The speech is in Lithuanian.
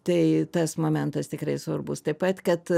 tai tas momentas tikrai svarbus taip pat kad